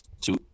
two